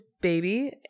Baby